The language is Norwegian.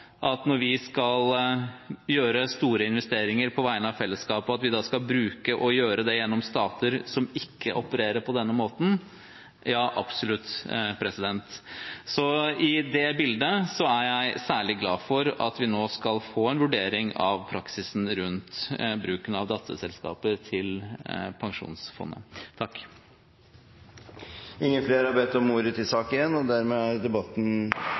at når vi skal gjøre store investeringer på vegne av fellesskapet, skal vi gjøre det gjennom stater som ikke opererer på denne måten? – Ja, absolutt. I det bildet er jeg særlig glad for at vi nå skal få en vurdering av praksisen rundt pensjonsfondets bruk av datterselskaper. Flere har ikke bedt om ordet til sak nr. 1. Presidenten vil foreslå at sakene nr. 2 og